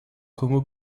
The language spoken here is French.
komo